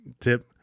tip